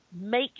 Make